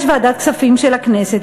יש ועדת כספים של הכנסת,